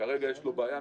כרגע יש לו בעיה,